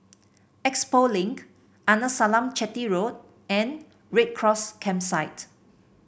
Expo Link Arnasalam Chetty Road and Red Cross Campsite